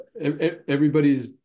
everybody's